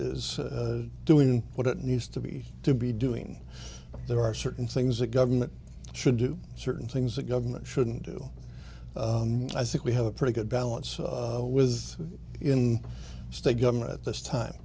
is doing what it needs to be to be doing there are certain things the government should do certain things that government shouldn't do i think we have a pretty good balance was in state government at this